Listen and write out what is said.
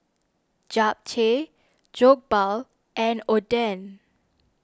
Japchae Jokbal and Oden